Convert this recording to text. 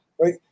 right